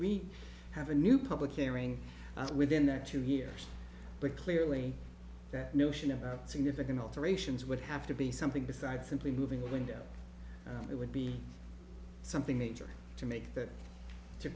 we have a new public hearing within that two years but clearly the notion of a significant alterations would have to be something besides simply moving the window it would be something major to make t